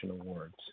awards